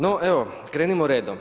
No evo, krenimo redom.